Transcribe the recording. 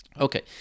Okay